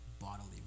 bodily